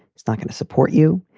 it's not going to support you.